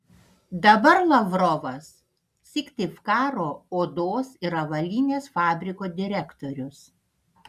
dabar lavrovas syktyvkaro odos ir avalynės fabriko direktorius